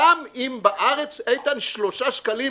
גם אם בארץ, איתן, 3 שקלים